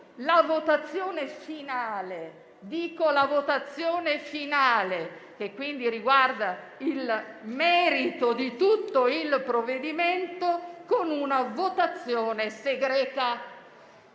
la votazione finale, che quindi riguarda il merito di tutto il provvedimento - con una votazione segreta.